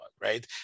right